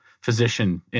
physician